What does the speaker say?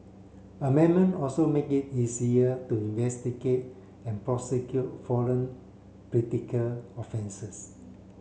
amendment also make it easier to investigate and prosecute foreign predicate offences